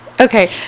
Okay